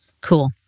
Cool